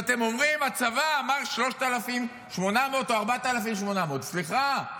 ואתם אומרים: הצבא אמר 3,800 או 4,800. סליחה,